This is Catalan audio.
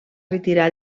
retirar